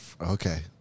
Okay